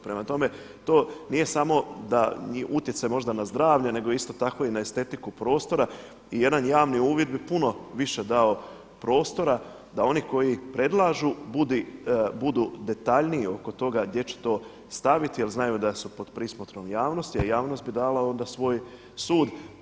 Prema tome, to nije samo da i utjecaj na zdravlje nego isto tako i na estetiku prostora i jedan javni uvid bi puno više dao prostora da oni koji predlažu budu detaljniji oko toga gdje će to staviti jel znaju da su pod prismotrom javnosti, a javnost bi dala onda svoj sud.